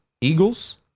Eagles